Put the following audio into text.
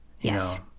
Yes